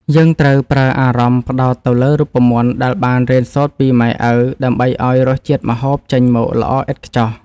យើងត្រូវប្រើអារម្មណ៍ផ្ដោតទៅលើរូបមន្តដែលបានរៀនសូត្រពីម៉ែឪ ដើម្បីឱ្យរសជាតិម្ហូបចេញមកល្អឥតខ្ចោះ។